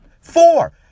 Four